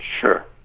Sure